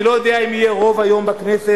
אני לא יודע אם יהיה רוב היום בכנסת,